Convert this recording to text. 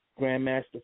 Grandmaster